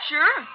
Sure